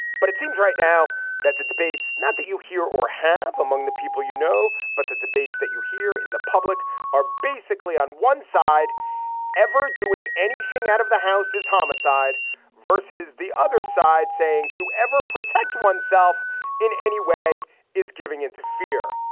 but it seems right now that the debates, not that you hear or have among the people you know, but the debates that you hear in the public are basically on one side ever doing anything out of the house is homicide versus the other side saying to ever protect oneself in any way is giving into fear.